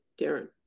Darren